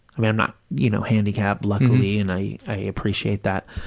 i'm not, you know, handicapped, luckily, and i i appreciate that.